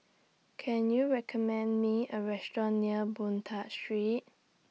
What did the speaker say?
Can YOU recommend Me A Restaurant near Boon Tat Street